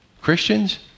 christians